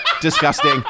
disgusting